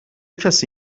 کسی